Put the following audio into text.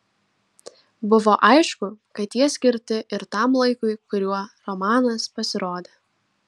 buvo aišku kad jie skirti ir tam laikui kuriuo romanas pasirodė